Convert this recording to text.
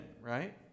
right